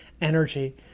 energy